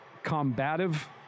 combative